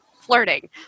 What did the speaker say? flirting